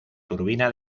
turbina